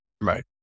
Right